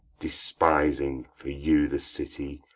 despising, for you, the city,